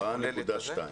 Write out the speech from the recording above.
4.2 מיליארד.